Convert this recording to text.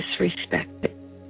disrespected